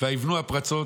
וייבנו הפרצות".